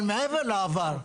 אבל מעבר לעבר,